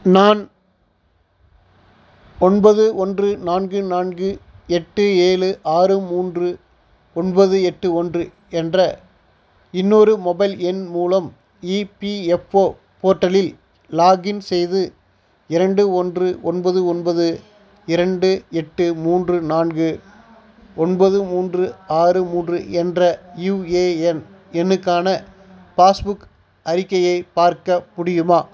நான் ஒன்பது ஒன்று நான்கு நான்கு எட்டு ஏழு ஆறு மூன்று ஒன்பது எட்டு ஒன்று என்ற இன்னொரு மொபைல் எண் மூலம் இபிஎஃப்ஓ போர்ட்டலில் லாகின் செய்து இரண்டு ஒன்று ஒன்பது ஒன்பது இரண்டு எட்டு மூன்று நான்கு ஒன்பது மூன்று ஆறு மூன்று என்ற யுஏஎன் எண்ணுக்கான பாஸ்புக் அறிக்கையை பார்க்க முடியுமா